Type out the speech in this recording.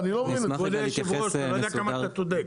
כבוד היו"ר, אני לא יודע כמה אתה צודק.